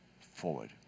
forward